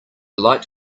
light